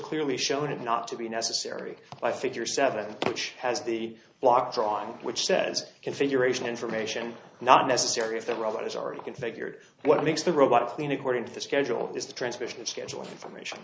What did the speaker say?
clearly showed it not to be necessary i figure seven which has the block drawing which says configuration information not necessary if the robot is already configured what makes the robot clean according to the schedule is the transmission schedule information